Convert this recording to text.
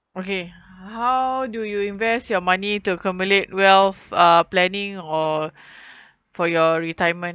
okay how do you invest your money to accumulate wealth uh planning or for your retirement